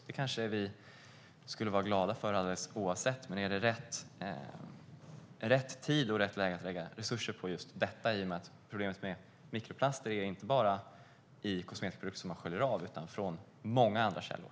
Det kanske vi skulle vara glada för alldeles oavsett, men är det rätt tid och läge att lägga resurser på just detta? Problemet med mikroplaster finns nämligen inte bara i kosmetiska produkter man sköljer av utan i många andra källor.